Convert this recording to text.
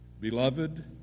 Beloved